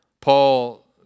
Paul